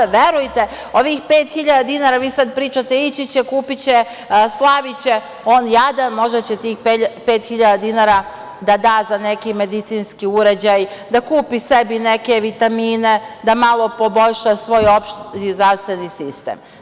Verujte, ovih 5.000 dinara, vi sada pričate – ići će, kupiće, slaviće, on jadan, možda će tih 5.000 dinara da da za neki medicinski uređaj, da kupi sebi neke vitamine, da malo poboljša svoj opšti zdravstveni sistem.